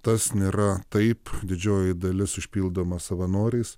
tas nėra taip didžioji dalis užpildoma savanoriais